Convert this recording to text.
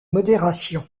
modération